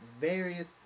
various